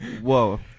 Whoa